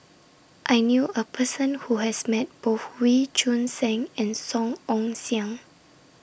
I knew A Person Who has Met Both Wee Choon Seng and Song Ong Siang